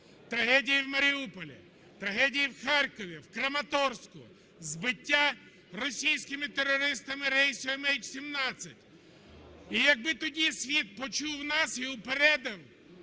трагедії у Маріуполі, трагедії в Харкові, в Краматорську, збиття російськими терористами рейсу МН17. І якби тоді світ почув нас і упередив